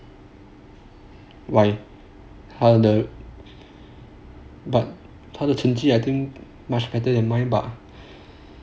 why but 他的成绩 I think much better than my but